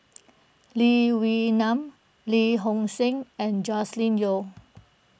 Lee Wee Nam Lee Hong Seng and Joscelin Yeo